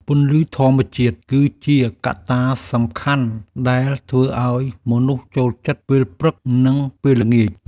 ពន្លឺធម្មជាតិគឺជាកត្តាសំខាន់ដែលធ្វើឱ្យមនុស្សចូលចិត្តពេលព្រឹក និងពេលល្ងាច។